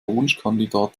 wunschkandidat